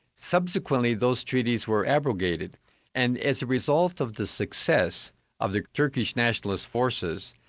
subsequently those treaties were abrogated and as a result of the success of the turkish nationalist forces,